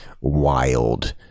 wild